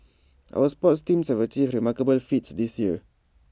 our sports teams have achieved remarkable feats this year